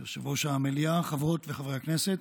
יושב-ראש המליאה, חברות וחברי כנסת,